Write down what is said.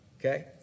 Okay